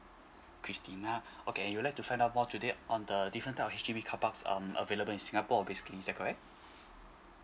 christina okay you like to find out more today on the different type of H_D_B carparks um available in singapore basically is that correct